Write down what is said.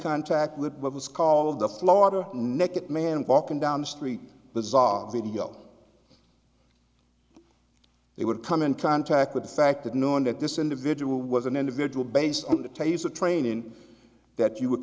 contact with what was called the florida neck at man walking down the street bizarre video they would come in contact with the fact of knowing that this individual was an individual based on the taser training that you would